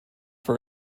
for